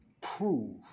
prove